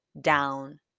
down